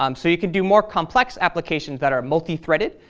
um so you could do more complex applications that are multi-threaded,